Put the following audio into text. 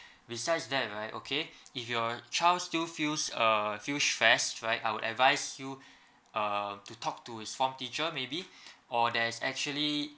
besides that right okay if your child's still feels uh feels stress right I would advise you uh to talk to his form teacher maybe or there's actually